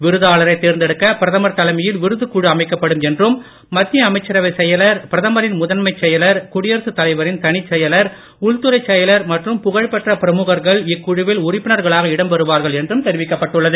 விருதாளரை தேர்ந்தெடுக்க பிரதமர் தலைமையில் விருதுக் குழு அமைக்கப்படும் என்றும் மத்திய அமைச்சரவை செயலர் பிரதமரின் முதன்மைச் செயலர் குடியரசு தலைவரின் தனிச்செயலர் உள்துறைச் செயலர் மற்றும் புகழ்பெற்ற பிரமுகர்கள் இக்குழுவில் உறுப்பினர்களாக இடம்பெறுவார்கள் என்றும் தெரிவிக்கப்பட்டுள்ளது